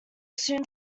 soon